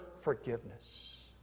forgiveness